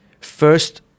first